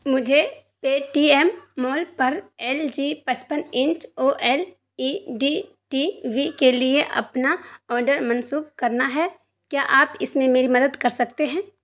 مجھے Paytm mall پر L G پچپن inch O L E D T V کے لیے اپنا آڈر منسوخ کرنا ہے کیا آپ اس میں میری مدد کر سکتے ہیں